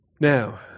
Now